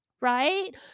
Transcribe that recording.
Right